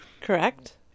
Correct